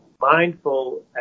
mindful